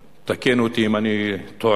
תקן אותי אם אני טועה,